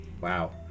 wow